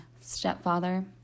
stepfather